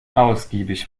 ausgiebig